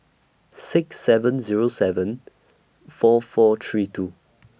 six seven Zero seven four four three two